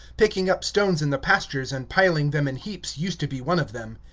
picking up stones in the pastures and piling them in heaps used to be one of them.